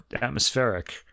atmospheric